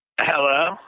hello